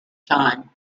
time